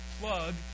plug